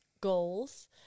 goals